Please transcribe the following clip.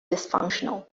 dysfunctional